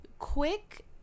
quick